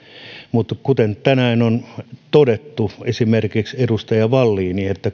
mutta kuten tänään on todettu esimerkiksi edustaja wallin